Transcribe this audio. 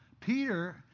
Peter